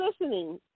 listening